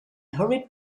hurried